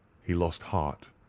he lost heart,